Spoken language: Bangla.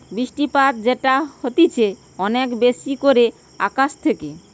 বৃষ্টিপাত যেটা হতিছে অনেক বেশি করে আকাশ থেকে